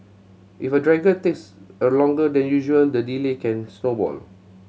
if a takes a longer than usual the delay can snowball